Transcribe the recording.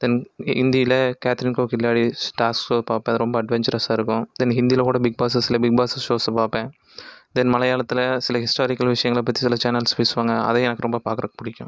தென் ஹிந்தியில் கேத்ரின்கோ Khiladi stars show பார்ப்பேன் அது ரொம்ப அட்வெஞ்சரஸாக இருக்கும் தென் ஹிந்தியில் கூட பிக்பாஸஸில் பிக்பாஸ் ஷோஸ் பார்ப்பேன் தென் மலையாளத்தில் சில ஹிஸ்டாரிக்கல் விஷயங்கள பற்றி சில சேனல்ஸ் பேசுவாங்க அதையும் எனக்கு ரொம்ப பார்க்குறதுக்கு பிடிக்கும்